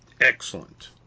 Excellent